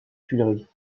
tuileries